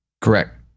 Correct